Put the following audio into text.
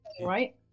right